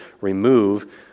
remove